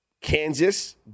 Kansas